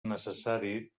necessari